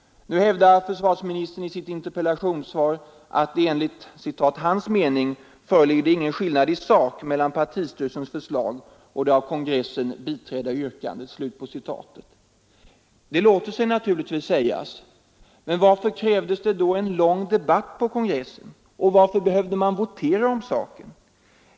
Nu hävdar försvarsministern i sitt interpellationssvar att enligt hans ”mening föreligger det ingen skillnad i sak mellan partistyrelsens förslag och det av kongressen biträdda yrkandet”. Det låter sig naturligtvis sägas. Men varför krävdes det då en lång debatt på kongressen och varför behövde man votera om saken?